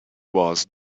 was